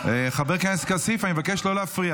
חבר הכנסת כסיף, אני מבקש לא להפריע.